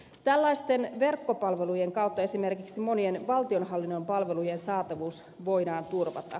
tällaisten verkkopalveluiden kautta esimerkiksi monien valtionhallinnon palvelujen saatavuus voidaan turvata